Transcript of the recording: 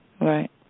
Right